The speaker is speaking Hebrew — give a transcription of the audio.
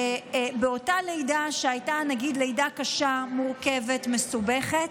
ובאותה הלידה, שהייתה קשה, מורכבת ומסובכת,